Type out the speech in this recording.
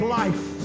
life